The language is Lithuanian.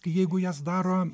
jeigu jas daro